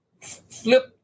flip